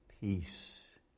Peace